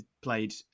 played